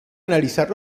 analizar